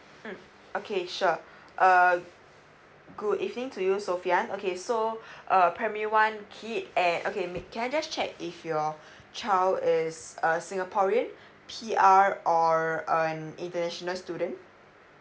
mm okay sure err good evening to you sophian okay so err primary one kid at okay may can I just check if your child is a singaporean P_R or an international student